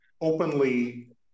openly